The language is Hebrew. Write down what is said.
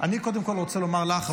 אני קודם כול רוצה לומר לך,